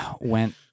went